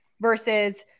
versus